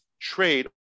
trade